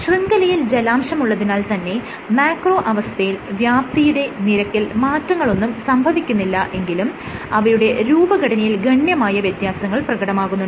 ശൃംഖലയിൽ ജലാംശമുള്ളതിനാൽ തന്നെ മാക്രോ അവസ്ഥയിൽ വ്യാപ്തിയുടെ നിരക്കിൽ മാറ്റങ്ങളിലൊന്നും സംഭവിക്കുന്നില്ല എങ്കിലും അവയുടെ രൂപഘടനയിൽ ഗണ്യമായ വ്യത്യാസങ്ങൾ പ്രകടമാകുന്നുണ്ട്